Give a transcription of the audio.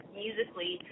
musically